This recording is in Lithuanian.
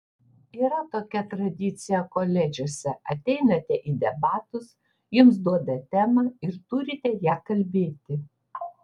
yra tokia tradicija koledžuose ateinate į debatus jums duoda temą ir turite ja kalbėti